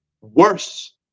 worse